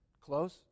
Close